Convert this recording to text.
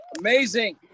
Amazing